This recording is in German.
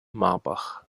marbach